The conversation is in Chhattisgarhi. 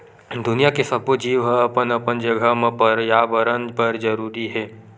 दुनिया के सब्बो जीव ह अपन अपन जघा म परयाबरन बर जरूरी हे